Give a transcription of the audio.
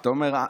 אתה אומר,